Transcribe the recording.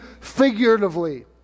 figuratively